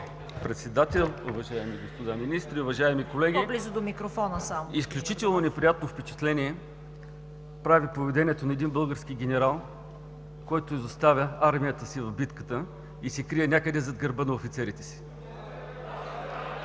Председател, уважаеми господа министри, уважаеми колеги! Изключително неприятно впечатление прави поведението на един български генерал, който изоставя армията си в битката и се крие някъде зад гърба на офицерите си.